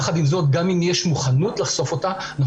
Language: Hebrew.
יחד עם זאת גם אם יש מוכנות לחשוף אותה אנחנו